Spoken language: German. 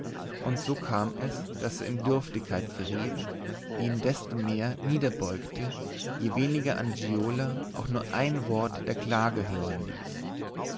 und so kam es daß er in dürftigkeit geriet die ihn desto mehr niederbeugte je weniger angiola auch nur ein wort der klage hören ließ